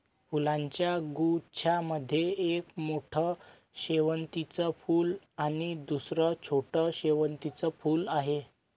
फुलांच्या गुच्छा मध्ये एक मोठं शेवंतीचं फूल आणि दुसर छोटं शेवंतीचं फुल आहे